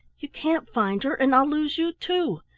you can't find her, and i'll lose you too.